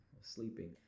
sleeping